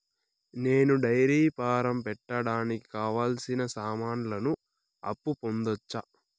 నేను dairy farm పెట్టడానికి కావాల్సిన సామాన్లకు అప్పు పొందొచ్చా?